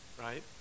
Right